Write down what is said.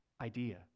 idea